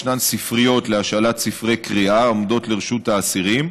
ישנן ספריות להשאלת ספרי קריאה העומדות לרשות האסירים.